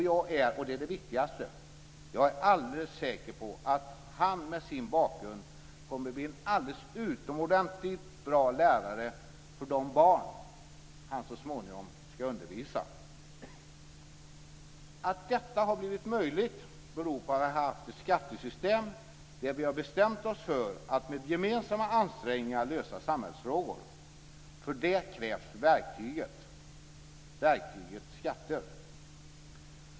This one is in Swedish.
Jag är alldeles säker på - och det är det viktigaste - att han med sin bakgrund kommer att bli en alldeles utomordentligt bra lärare för de barn han så småningom ska undervisa. Att detta har blivit möjligt beror på att vi har haft ett skattesystem där vi har bestämt oss för att med gemensamma ansträngningar lösa samhällsfrågor. För det krävs verktyget - verktyget skatter.